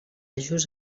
just